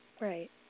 Right